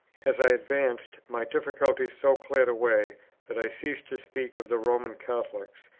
as i advanced, my difficulties so cleared away that i ceased to speak of the roman catholics,